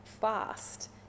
fast